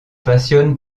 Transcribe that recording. passionne